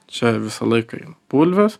čia visą laiką bulvės